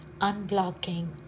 unblocking